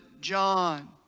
John